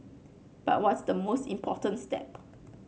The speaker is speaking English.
but what's the most important step